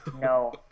No